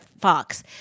Fox